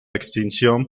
extinción